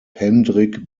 hendrik